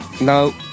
No